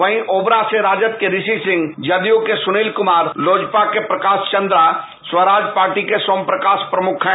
वहीं ओबरा से राजद के ऋषि सिंह जदयू के सुनील कुमार लोजपा के प्रकाश चंद्र स्वराज पार्टी के सोम प्रकाश प्रमुख हैं